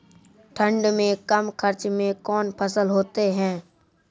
ठंड मे कम खर्च मे कौन फसल होते हैं?